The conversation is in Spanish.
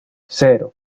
cero